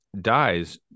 dies